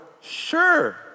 sure